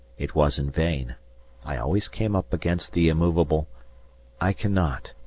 it was in vain i always came up against the immovable i cannot.